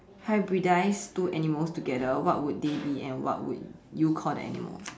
hybridize two animals together what would they be and what would you call the animal